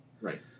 Right